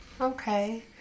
Okay